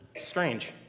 strange